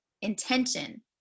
Intention